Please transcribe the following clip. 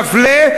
מפלה,